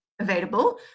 available